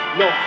no